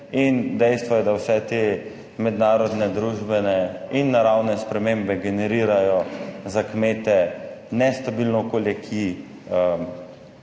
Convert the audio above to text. in dejstvo je, da vse te mednarodne, družbene in naravne spremembe generirajo za kmete nestabilno okolje,